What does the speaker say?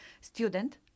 student